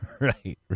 Right